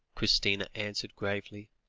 christina answered gravely,